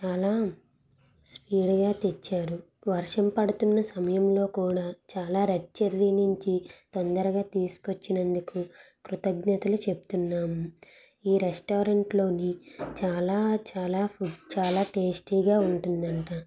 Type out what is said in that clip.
చాలా స్పీడ్గా తెచ్చారు వర్షం పడుతున్న సమయంలో కూడా చాలా రెడ్ చెర్రీ నుంచి తొందరగా తీసుకొచ్చినందుకు కృతజ్ఞతలు చెప్తున్నాము ఈ రెస్టారెంట్లోని చాలా చాలా ఫుడ్ చాలా టేస్టీగా ఉంటుందంట